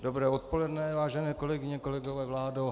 Dobré odpoledne, vážené kolegyně, kolegové, vládo.